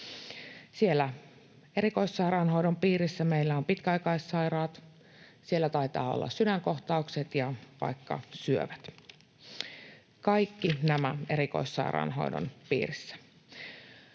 erikoissairaanhoidon piirissä meillä ovat pitkäaikaissairaat, siellä taitavat olla sydänkohtaukset ja vaikka syövät. Kaikki nämä erikoissairaanhoidon piirissä.